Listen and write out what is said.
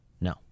No